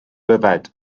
yfed